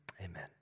Amen